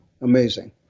Amazing